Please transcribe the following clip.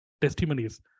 testimonies